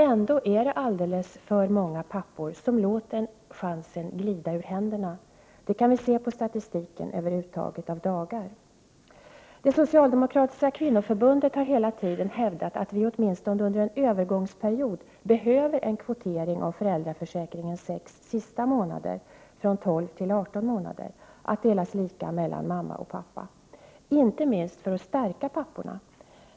Ändå är det alldeles för många pappor som låter chansen glida ur händerna. Det kan vi se på statistiken över uttaget av dagar. Det socialdemokratiska kvinnoförbundet har hela tiden hävdat att vi åtminstone under en övergångsperiod behöver en kvotering av föräldraförsäkringens sex sista månader — från 12 till 18 månader — att delas lika mellan mamma och pappa. Inte minst för att stärka papporna.